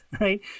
right